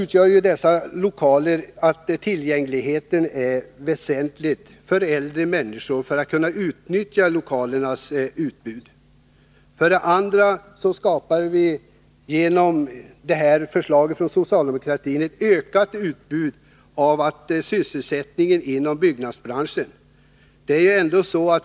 För det första kan bidragen till dessa lokaler väsentligt förbättra äldre människors möjligheter att utnyttja utbudet av sådana. För det andra kan man genom det socialdemokratiska förslaget skapa en ökning av sysselsättningen inom byggnadsbranschen.